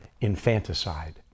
infanticide